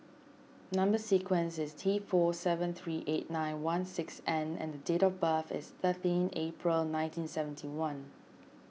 Number Sequence is T four seven three eight nine one six N and date of birth is thirteen April nineteen seventy one